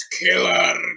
killer